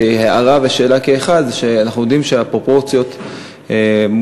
שהיא הערה ושאלה כאחת: אנחנו יודעים שהפרופורציות שאנחנו